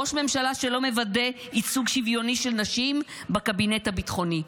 ראש ממשלה שלא מוודא ייצוג שוויוני של נשים בקבינט הביטחוני,